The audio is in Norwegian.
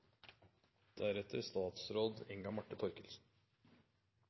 Når statsråd Inga Marte